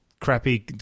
crappy